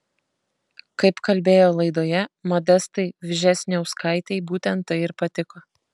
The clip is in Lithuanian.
kaip kalbėjo laidoje modestai vžesniauskaitei būtent tai ir patiko